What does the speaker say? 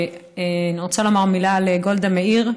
אני רוצה לומר מילה על גולדה מאיר.